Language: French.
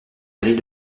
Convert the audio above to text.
grille